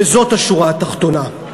וזאת השורה התחתונה.